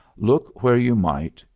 look where you might,